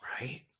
right